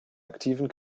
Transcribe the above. aktiven